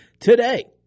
today